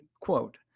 quote